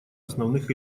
основных